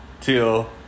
till